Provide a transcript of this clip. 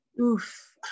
Oof